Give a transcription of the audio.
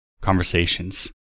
conversations